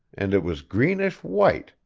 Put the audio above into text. and it was greenish white,